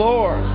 Lord